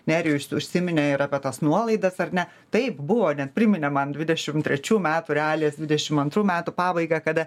nerijus užsiminė ir apie tas nuolaidas ar ne taip buvo net priminė man dvidešim trečių metų realijas dvidešimt antrų metų pabaigą kada